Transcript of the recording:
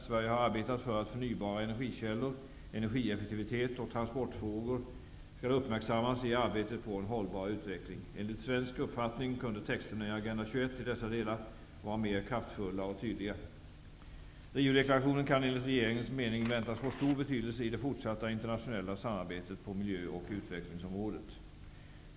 Sverige har arbetat för att förnybara energikällor, energieffektivitet och transportfrågor skall uppmärksammas i arbetet på en hållbar utveckling. Enligt svensk uppfattning kunde texterna i Agenda 21 i dessa delar vara mera kraftfulla och tydliga. Riodeklarationen kan enligt regeringens mening väntas få stor betydelse i det fortsatta internationella samarbetet på miljö och utvecklingsområdet.